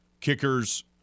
Kickers